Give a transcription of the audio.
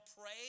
pray